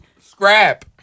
Scrap